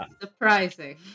surprising